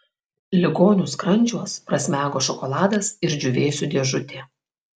ligonių skrandžiuos prasmego šokoladas ir džiūvėsių dėžutė